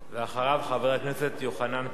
אחריו, חבר הכנסת יוחנן פלסנר.